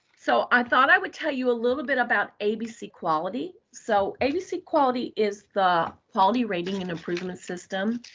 so i thought i would tell you a little bit about abc quality. so abc quality is the quality rating and improvement system.